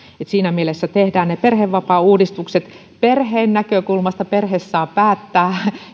siinä mielessä tehdään ne perhevapaauudistukset perheen näkökulmasta perhe saa päättää